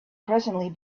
presently